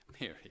Mary